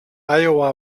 iowa